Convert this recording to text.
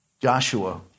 Joshua